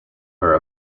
her